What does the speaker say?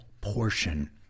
portion